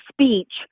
speech